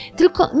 tylko